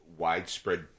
widespread